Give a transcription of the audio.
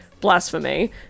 blasphemy